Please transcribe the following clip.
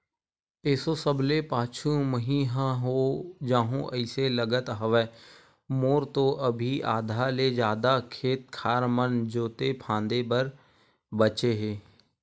एसो सबले पाछू मही ह हो जाहूँ अइसे लगत हवय, मोर तो अभी आधा ले जादा खेत खार मन जोंते फांदे बर बचें हे